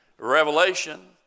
Revelation